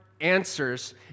answers